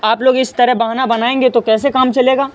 آپ لوگ اس طرح بہانہ بنائیں گے تو کیسے کام چلے گا